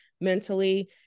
mentally